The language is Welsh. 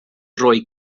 roi